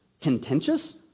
contentious